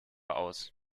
aus